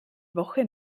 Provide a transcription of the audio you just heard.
woche